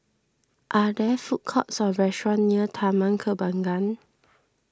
are there food courts or restaurants near Taman Kembangan